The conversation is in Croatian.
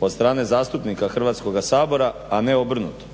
od strane zastupnika Hrvatskoga sabora a ne obrnuto